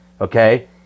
okay